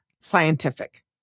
scientific